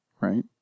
right